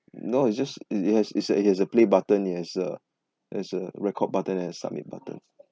no it's just it it has it has it has a play button it has a it has a record button and submit button